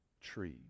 tree